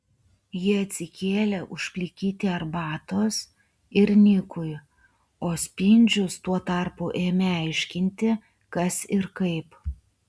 ji atsikėlė užplikyti arbatos ir nikui o spindžius tuo tarpu ėmė aiškinti kas ir kaip